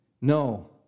No